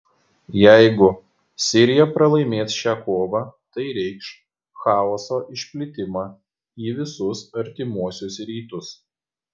jeigu sirija pralaimės šią kovą tai reikš chaoso išplitimą į visus artimuosius rytus